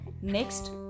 Next